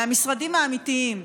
מהמשרדים האמיתיים,